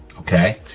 okay?